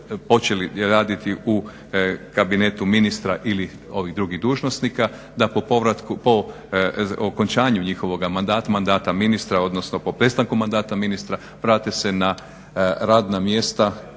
počeli raditi u kabinetu ministra ili ovih drugih dužnosnika da po okončanju mandata, mandata ministra odnosno po prestanku mandata ministra vrate se na radna mjesta